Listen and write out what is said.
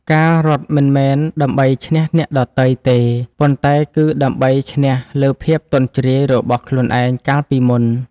ការរត់មិនមែនដើម្បីឈ្នះអ្នកដទៃទេ ប៉ុន្តែគឺដើម្បីឈ្នះលើភាពទន់ជ្រាយរបស់ខ្លួនឯងកាលពីមុន។